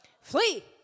Flee